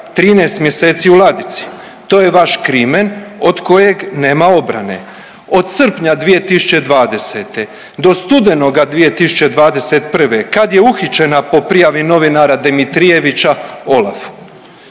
13 mjeseci u ladici. To je vaš krimen od kojeg nema obrane, od srpnja 2020. do studenoga 2021. kad je uhićena po prijavi novinara Demitrijevića OLAF-u